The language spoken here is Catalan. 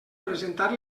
presentar